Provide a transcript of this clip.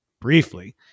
briefly